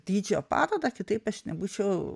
dydžio patalpas kitaip aš nebūčiau